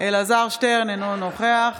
אלעזר שטרן, אינו נוכח